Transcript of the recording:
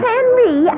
Henry